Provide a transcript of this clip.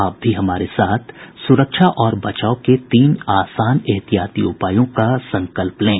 आप भी हमारे साथ सुरक्षा और बचाव के तीन आसान एहतियाती उपायों का संकल्प लें